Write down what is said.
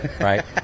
right